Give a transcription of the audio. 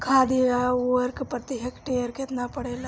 खाध व उर्वरक प्रति हेक्टेयर केतना पड़ेला?